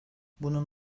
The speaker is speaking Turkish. bunun